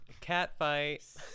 Catfight